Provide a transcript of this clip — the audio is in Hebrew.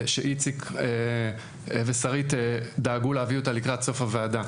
שאיציק ושרית דאגו להביא אותה לקראת סוף הוועדה.